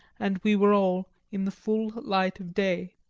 and we were all in the full light of day.